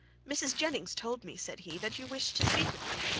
mrs. jennings told me, said he, that you wished to speak with me,